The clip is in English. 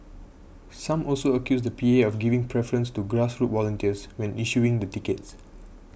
some also accused the P A of giving preference to grassroots volunteers when issuing the tickets